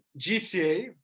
GTA